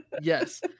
Yes